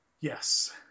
Yes